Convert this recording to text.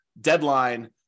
deadline